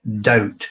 doubt